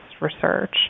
research